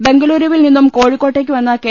ബംഗളൂരുവിൽ നിന്നും കോഴിക്കോട്ടേക്ക് വന്ന കെ